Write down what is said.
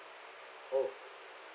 oh